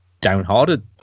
downhearted